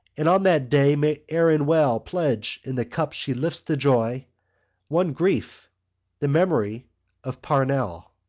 and on that day may erin well pledge in the cup she lifts to joy one grief the memory of parnell.